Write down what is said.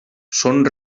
són